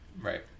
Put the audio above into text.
right